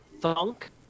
thunk